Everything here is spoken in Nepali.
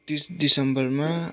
डिस् डिसम्बरमा